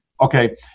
okay